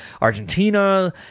Argentina